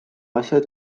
asjad